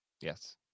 Yes